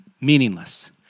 meaningless